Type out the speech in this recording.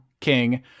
King